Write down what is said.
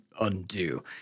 undo